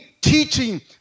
teaching